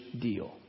deal